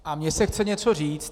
A mně se chce něco říct.